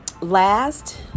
last